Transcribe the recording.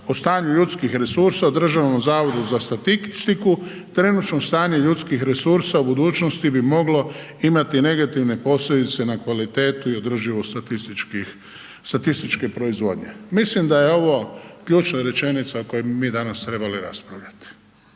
o stanju ljudskih resursa Državnom zavodu za statistiku. Trenutačno stanje ljudskih resursa u budućnosti bi moglo imati negativne posljedice na kvalitetu i održivost statističkih, statističke proizvodnje. Mislim da je ovo ključna rečenica o kojoj bi mi danas trebali raspravljati.